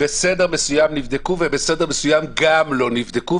בסדר מסוים נבדקו ובסדר מסוים לא נבדקו.